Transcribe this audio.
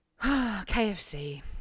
KFC –